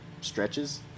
stretches